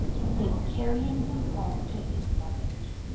that they were carrying him home to his mother's,